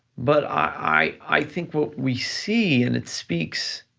but i think what we see and it speaks